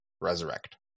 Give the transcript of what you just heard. resurrect